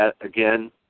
again